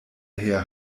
her